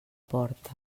porta